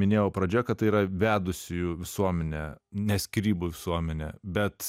minėjau pradžioje kad tai yra vedusiųjų visuomenė ne skyrybų visuomenė bet